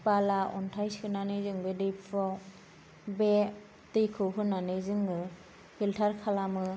बाला अन्थाइ सोनानै जों बे दैफुयाव बे दैखौ होनानै जोङो फिलतार खालामो